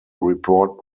report